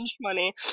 money